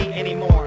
anymore